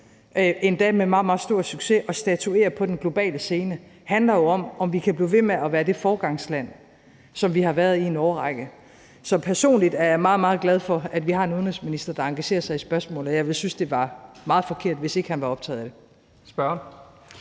med meget, meget stor succes, at statuere på den globale scene, handler jo om, om vi kan blive ved med at være det foregangsland, som vi har været i en årrække. Så personligt er jeg meget, meget glad for, at vi har en udenrigsminister, der engagerer sig i spørgsmålet. Jeg ville synes, det var meget forkert, hvis ikke han var optaget af det.